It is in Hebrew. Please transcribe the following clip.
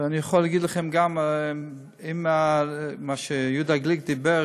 ואני יכול להגיד לכם שגם אם מה שיהודה גליק אמר,